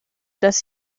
dass